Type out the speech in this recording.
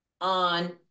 On